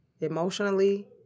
emotionally